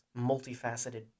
multifaceted